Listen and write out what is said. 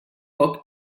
poc